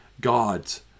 God's